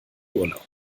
urlaub